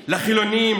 לחילונים,